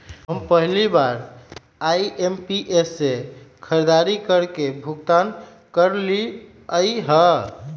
हम पहिला बार आई.एम.पी.एस से खरीदारी करके भुगतान करलिअई ह